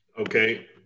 Okay